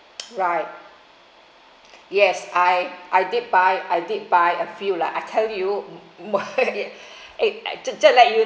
right yes I I did buy I did buy a few lah I tell you what eh just let you